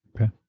Okay